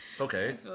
Okay